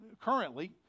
currently